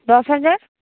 দশ হাজার